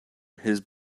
his